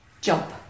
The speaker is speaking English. job